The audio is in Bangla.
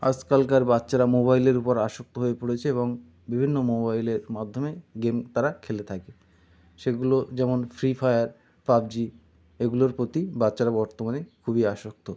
আজকালকার বাচ্চারা মোবাইলের উপর আসক্ত হয়ে পড়েছে এবং বিভিন্ন মোবাইলের মাধ্যমে গেম তারা খেলে থাকে সেগুলো যেমন ফ্রি ফায়ার পাবজি এগুলোর প্রতি বাচ্চারা বর্তমানে খুবই আসক্ত